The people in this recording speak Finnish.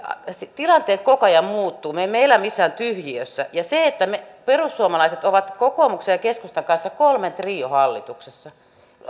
tilanteet koko ajan muuttuvat me emme elä missään tyhjiössä perussuomalaiset ovat kokoomuksen ja keskustan kanssa kolmen trio hallituksessa